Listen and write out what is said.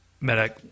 medic